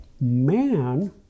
man